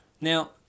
now